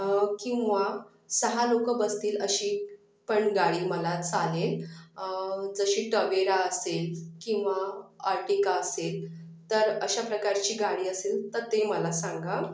किंवा सहा लोक बसतील अशी पण गाडी मला चालेल जशी टवेरा असेल किंवा आर्टिका असेल तर अशा प्रकारची गाडी असेल तर ते मला सांगा